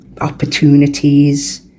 opportunities